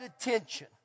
attention